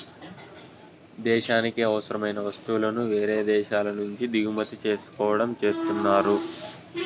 దేశానికి అవసరమైన వస్తువులను వేరే దేశాల నుంచి దిగుమతి చేసుకోవడం చేస్తున్నారు